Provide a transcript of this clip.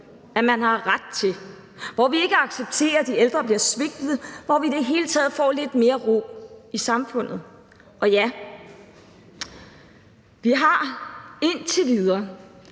at man har ret til, hvor vi ikke accepterer, at de ældre bliver svigtet, og hvor vi i det hele taget får lidt mere ro i samfundet. Og ja, vi har – indtil videre